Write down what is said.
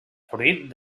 fruit